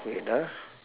wait ah